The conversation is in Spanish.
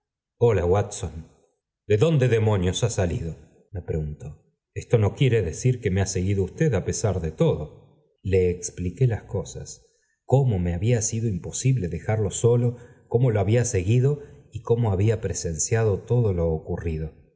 de dónde demonios ha salido me preguntó esto no quiere decir que me ha seguido usted á pesar de todo le expliqué las cosas cómo me había sido imposible dejarlo solo cómo lo había seguido y cómo había presenciado todo lo ocurrido